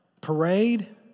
parade